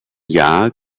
jahr